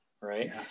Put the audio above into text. right